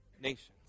nations